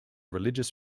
religious